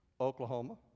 Oklahoma